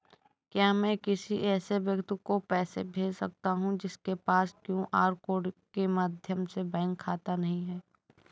क्या मैं किसी ऐसे व्यक्ति को पैसे भेज सकता हूँ जिसके पास क्यू.आर कोड के माध्यम से बैंक खाता नहीं है?